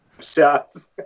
shots